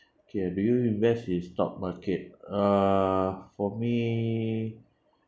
okay uh do you invest in stock market uh for me